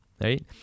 right